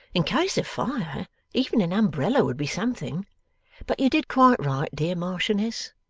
in case of fire even an umbrella would be something but you did quite right, dear marchioness.